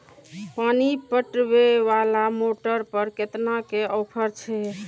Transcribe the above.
पानी पटवेवाला मोटर पर केतना के ऑफर छे?